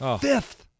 Fifth